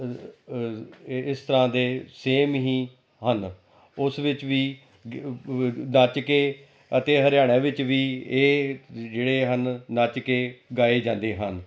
ਇਸ ਤਰ੍ਹਾਂ ਦੇ ਸੇਮ ਹੀ ਹਨ ਉਸ ਵਿੱਚ ਵੀ ਨੱਚ ਕੇ ਅਤੇ ਹਰਿਆਣਾ ਵਿੱਚ ਵੀ ਇਹ ਜ ਜਿਹੜੇ ਹਨ ਨੱਚ ਕੇ ਗਾਏ ਜਾਂਦੇ ਹਨ